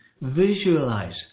visualize